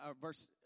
verse